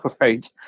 right